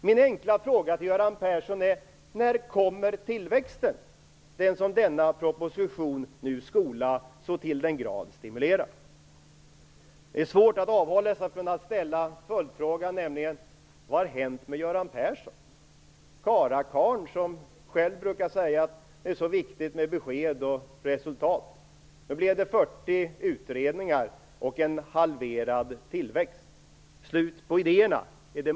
Min enkla fråga till Göran Persson är: När kommer tillväxten, den tillväxt som denna proposition så till den milda grad skulle stimulera? Det är svårt att avhålla sig från att ställa följdfrågan: Vad har hänt med Göran Persson, karlakarlen som själv brukar säga att det är så viktigt med besked och med resultat? Nu blev det fyrtio utredningar och en halverad tillväxt.